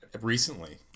Recently